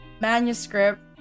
manuscript